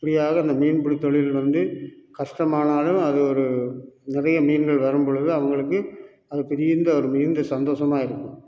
எப்படியாவது இந்த மீன்பிடித்தொழில் வந்து கஷ்டமானாலும் அது ஒரு நிறைய மீன்கள் வரும் பொழுது அவங்களுக்கு அது பெரியந்த மிகுந்த சந்தோஷமா இருக்கும்